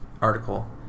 article